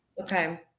Okay